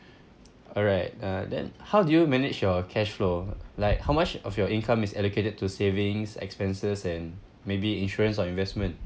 alright uh then how do you manage your cash flow like how much of your income is allocated to savings expenses and maybe insurance or investment